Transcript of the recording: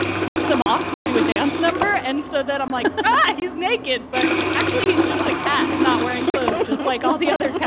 takes them off to do a dance number and so that i'm like but you naked but actually he's just a cat, not wearing it, just like all the other cats.